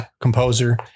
composer